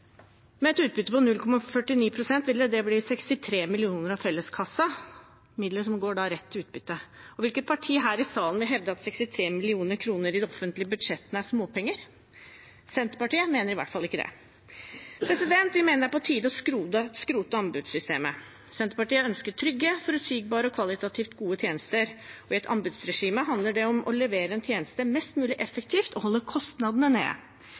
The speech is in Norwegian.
Med et utbytte på 0,49 pst. ville det bli 63 mill. kr av felleskassa – midler som går rett til utbytte. Hvilket parti her i salen vil hevde at 63 mill. kr i de offentlige budsjettene er småpenger? Senterpartiet mener iallfall ikke det. Vi mener det er på tide å skrote anbudssystemet. Senterpartiet ønsker trygge, forutsigbare og kvalitativt gode tjenester. I et anbudsregime handler det om å levere en tjeneste mest mulig effektivt og å holde kostnadene